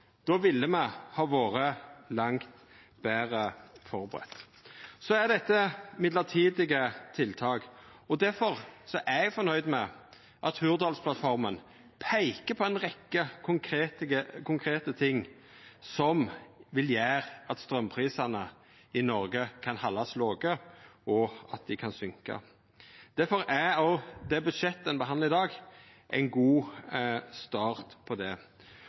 Då ville me ha vore langt betre førebudde. Så er dette mellombelse tiltak. Difor er eg fornøgd med at Hurdalsplattforma peikar på ei rekkje konkrete ting som vil gjera at straumprisane i Noreg kan halda seg låge, og at dei kan søkka. Difor er òg det budsjettet me behandlar i dag, ein god start på det.